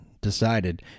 decided